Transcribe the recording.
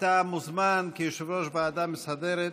אתה מוזמן, כיושב-ראש הוועדה המסדרת,